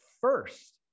First